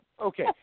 Okay